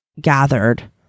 gathered